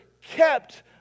kept